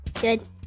Good